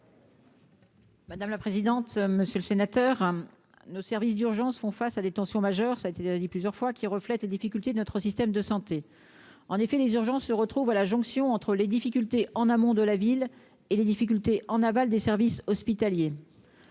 Madame la présidente, monsieur le sénateur, nos services d'urgences font face à des tensions majeures, ça a été déjà dit plusieurs fois, qui reflète les difficultés de notre système de santé, en effet, les urgences se retrouvent à la jonction entre les difficultés en amont de la ville et les difficultés en aval des services hospitaliers.